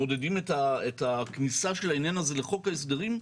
מעודדים את הכניסה של העניין הזה לחוק ההסדרים.